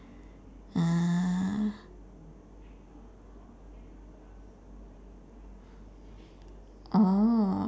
uh oh